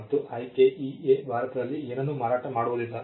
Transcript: ಮತ್ತು IKEA ಭಾರತದಲ್ಲಿ ಏನನ್ನೂ ಮಾರಾಟ ಮಾಡುವುದಿಲ್ಲ